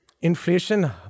Inflation